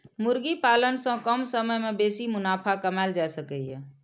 मुर्गी पालन सं कम समय मे बेसी मुनाफा कमाएल जा सकैए